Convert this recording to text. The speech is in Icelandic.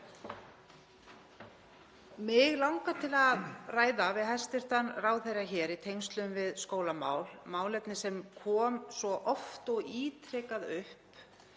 Mig langar til að ræða við hæstv. ráðherra hér í tengslum við skólamál, málefni sem kom svo oft og ítrekað upp